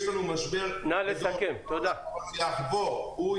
יש לנו משבר שיעבור, אבל